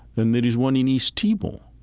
and there is one in east timor.